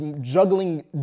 juggling